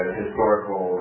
historical